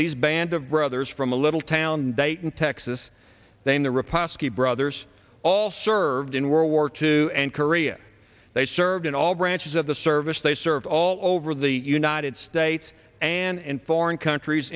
these band of brothers from a little town dayton texas they the repast brothers all served in world war two and korea they served in all branches of the service they serve all over the united states and in foreign countries